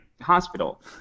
hospital